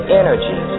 energy